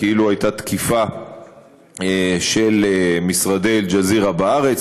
כאילו הייתה תקיפה של משרדי אל-ג'זירה בארץ.